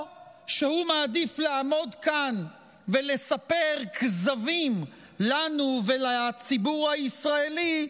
או שהוא מעדיף לעמוד כאן ולספר כזבים לנו ולציבור הישראלי,